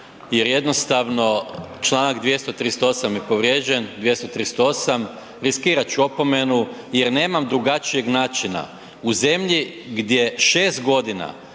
jer jednostavno Članak 238. je povrijeđen, 238., riskirat ću opomenu jer nemam drugačijeg načina, u zemlji gdje 6 godina